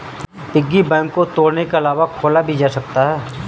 piggy bank को तोड़ने के अलावा खोला भी जा सकता है